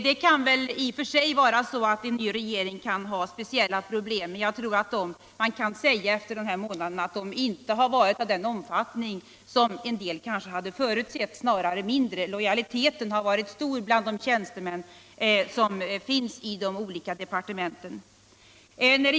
I och för sig kan väl en ny regering ha speciella problem, men jag tror att man efter den här månaden kan säga att de inte har varit av sådan omfattning som en del kanske hade förutsett. Lojaliteten har varit stor bland tjänstemännen i de olika departementen.